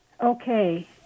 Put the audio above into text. Okay